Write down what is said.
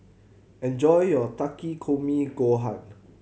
enjoy your Takikomi Gohan